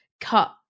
cut